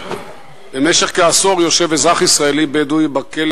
במשך כעשור יושב אזרח ישראלי בדואי בכלא